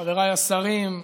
חבריי השרים,